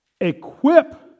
Equip